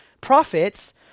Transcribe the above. Prophets